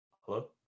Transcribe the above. Hello